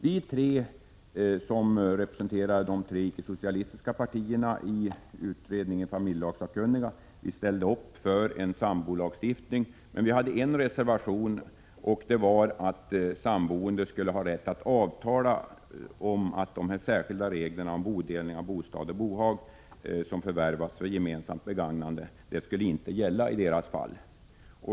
Vi tre som representerar de tre icke-socialistiska partierna i utredningen familjelagssakkunniga har ställt oss bakom sambolagstiftningen, men vi har reserverat oss på en punkt: att samboende skulle ha rätt att avtala om att de särskilda reglerna om bodelning av bostad och bohag som förvärvats för gemensamt begagnande inte skall gälla i deras fall.